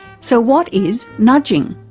so what is nudging?